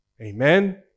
Amen